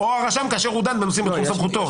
"הרשם כאשר הוא דן בנושאים שבתחום סמכותו".